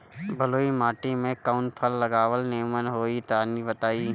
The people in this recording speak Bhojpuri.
बलुई माटी में कउन फल लगावल निमन होई तनि बताई?